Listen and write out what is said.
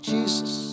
Jesus